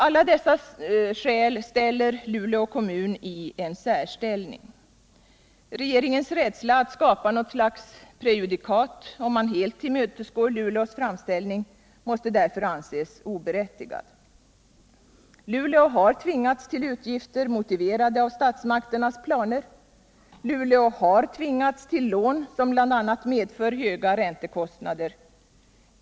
Alla dessa skäl ställer Luleå kommun i en särställning. Regeringens rädsla att skapa något slags prejudikat om man helt tillmötesgår Luleås framställning måste därför anses oberättigad. Luleå har tvingats till utgifter, motiverade av statsmakternas planer. Luleå har tvingats till lån som bl.a. medför höga räntekostnader.